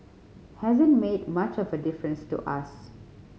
hasn't made much of a difference to us